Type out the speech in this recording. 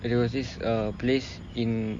and there was this uh place in